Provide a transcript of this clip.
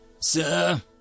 Sir